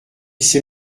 ces